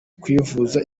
kwivuza